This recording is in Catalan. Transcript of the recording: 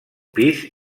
pis